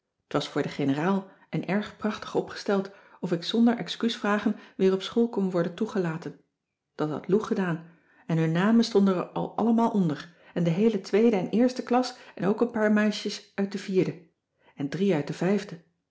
t was voor de generaal en erg prachtig opgesteld of ik zonder excuus vragen weer op school kon worden toegelaten dat had lou gedaan en hun namen stonden er al allemaal onder en de heele tweede en eerste klas en ook een paar meisjes uit de vierde en drie uit de vijfde